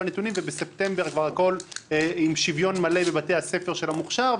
ובספטמבר הכול עם שוויון מלא בבתי הספר של המוכש"ר,